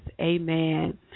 amen